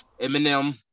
Eminem